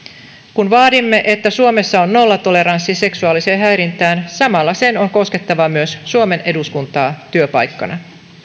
kun vaadimme että suomessa on nollatoleranssi seksuaaliseen häirintään samalla sen on koskettava myös suomen eduskuntaa työpaikkana